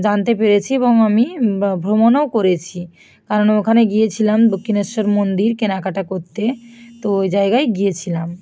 জানতে পেরেছি এবং আমি বা ভ্রমণও করেছি কারণ ওখানে গিয়েছিলাম দক্ষিণেশ্বর মন্দির কেনাকাটা করতে তো ওই জায়গায় গিয়েছিলাম